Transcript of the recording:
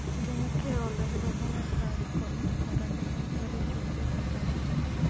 ব্যাংকে অলেক রকমের কাজ কর্ম সারা দিন ধরে চ্যলতে থাক্যে